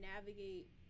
navigate